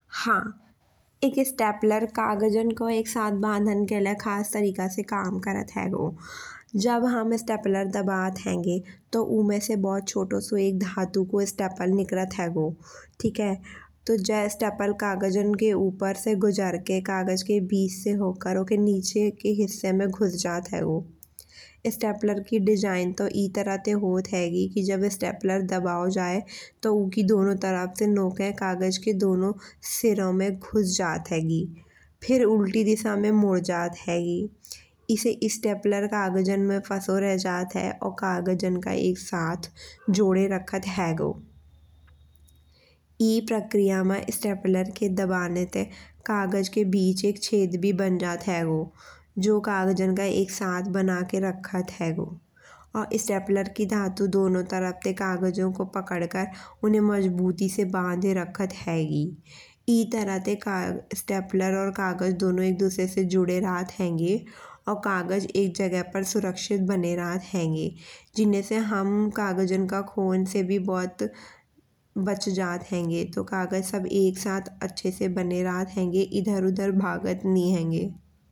हां एक स्टेपलर कागज़न को एक साथ बंधान के लाये खास तरीके से काम करत हैगो। जब हम स्टेपलर दाबत हेन्गे तो उमे से बहुत छोटो सो एक धातु को स्टेपल निकालत हैगो। जा स्टेपल कागज़न के ऊपर से गुजर के कागज़ के बीच से होकर उके नीचे के हिस्से में घुस जात हैगो। स्टेपलर की डिज़ाइन तो ई तरह ते होत हैगी कि जब स्टेपलर दबाओ जाये तो उकी दोनों तरफ से नोकें कागज़ की दोनों सिरे में घुस जात हैगी। फिर उल्टी दिशा में मुड़ जात हैगी। ऐसे स्टेपलर कागज़न मा फंसों अराह जात है। और कागज़न का एक साथ जोड़े रखत हैगो। ई प्रक्रिया मा स्टेपलर के दबाने ते कागज़ के बीच एक छेद भी बन जात हैगो। जो कागज़न का एक साथ बना के रखत हैगो। और स्टेपलर की धातु दोनों तरफ ते कागज़ों को पकड़ कर उन्हे मजबूती से बांधे रखत हैगी। ई तरह ते स्टेपलर और कागज़ दोनों एक दूसरे से जुड़े रहत हेन्गे। और कागज़ एक जगह पे सुरक्षित बने रहत हेन्गे। जिन में से हम कागज़न का ख़ोन से भी बहुत बच जात हेन्गे। तो कागज़ सब एक साथ अच्छे से बने रहत हेन्गे। इधर उधर भगत नहीं हेन्गे।